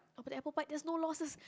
okay the apple pie has no loses